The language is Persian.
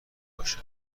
باشه